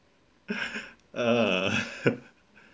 uh